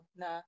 na